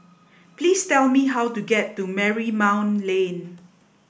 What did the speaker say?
please tell me how to get to Marymount Lane